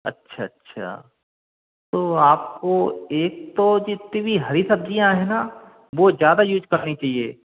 अच्छा अच्छा तो आप को एक तो जितनी भी हरी सब्ज़ियाँ है ना वो ज़्यादा यूज करनी चाहिए